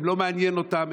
הוא לא מעניין אותם,